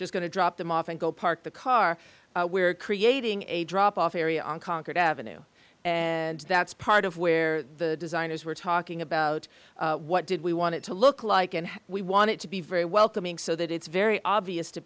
just going to drop them off and go park the car we're creating a drop off area on concord avenue and that's part of where the designers were talking about what did we want it to look like and we want it to be very welcoming so that it's very obvious to